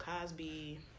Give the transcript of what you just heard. Cosby